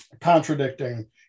contradicting